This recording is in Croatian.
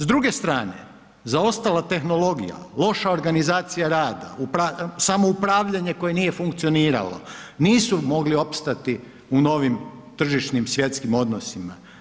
S druge strane, zaostala tehnologija, loša organizacija rada, samoupravljanje koje nije funkcioniralo, nisu mogli opstati u novim tržišnim svjetskim odnosima.